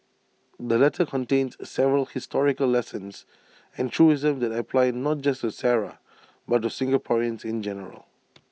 the letter contains several historical lessons and truisms that apply not just to Sara but to Singaporeans in general